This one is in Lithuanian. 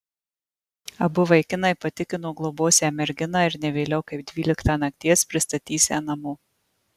abu vaikinai patikino globosią merginą ir ne vėliau kaip dvyliktą nakties pristatysią namo